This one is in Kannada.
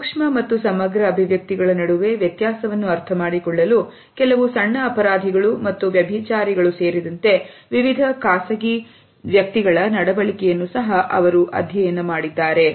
ಸೂಕ್ಷ್ಮ ಮತ್ತು ಸಮಗ್ರ ಅಭಿವ್ಯಕ್ತಿಗಳ ನಡುವೆ ವ್ಯತ್ಯಾಸವನ್ನು ಅರ್ಥಮಾಡಿಕೊಳ್ಳಲು ಕೆಲವು ಸಣ್ಣ ಅಪರಾಧಿಗಳು ಮತ್ತು ವ್ಯಭಿಚಾರಿಗಳು ಸೇರಿದಂತೆ ವಿವಿಧ ಖಾಸಗಿ ವ್ಯಕ್ತಿಗಳ ನಡವಳಿಕೆಯನ್ನು ಸಹ ಅವರು ಅಧ್ಯಯನ ಮಾಡಿದ್ದಾರೆ